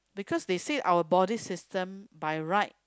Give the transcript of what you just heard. because they say our body system by right